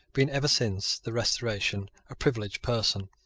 been, ever since the restoration, a privileged person.